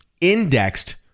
indexed